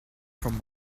from